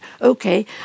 okay